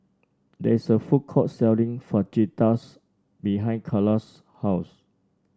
there is a food court selling Fajitas behind Carla's house